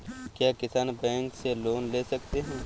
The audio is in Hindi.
क्या किसान बैंक से लोन ले सकते हैं?